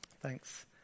Thanks